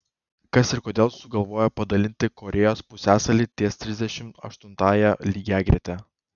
kas ir kodėl sugalvojo padalinti korėjos pusiasalį ties trisdešimt aštuntąja lygiagrete